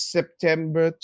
September